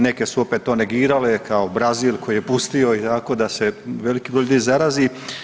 Neke su opet to negirale kao Brazil koji je pustio jako da se veliki broj ljudi zarazi.